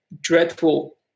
dreadful